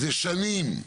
זה שנים,